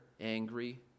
angry